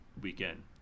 weekend